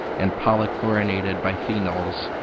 and polley chlorinated bifeenals,